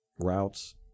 routes